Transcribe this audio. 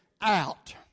out